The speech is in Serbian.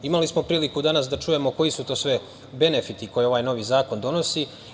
Imali smo priliku da danas čujemo koji su to sve benefiti koje ovaj novi zakon donosi.